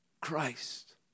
Christ